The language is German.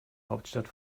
hauptstadt